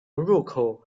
入口